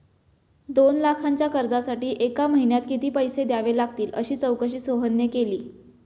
दोन लाखांच्या कर्जासाठी एका महिन्यात किती पैसे द्यावे लागतील अशी चौकशी सोहनने केली